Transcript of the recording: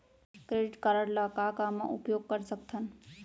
Credit card ला का का मा उपयोग कर सकथन?